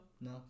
No